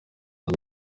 and